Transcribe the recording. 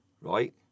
right